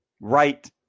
right